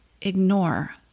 ignore